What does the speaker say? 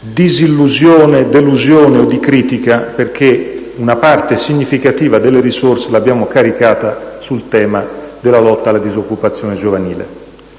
disillusione, di delusione o di critica perché una parte significativa delle risorse è stata caricata sul tema della lotta alla disoccupazione giovanile.